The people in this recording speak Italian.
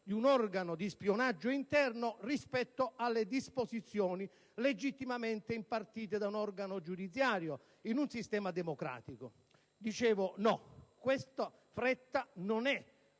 di un organo di spionaggio interno, da un lato, e le disposizioni legittimamente impartite da un organo giudiziario in un sistema democratico. Dicevo: no. La fretta di